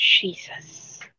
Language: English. Jesus